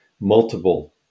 multiple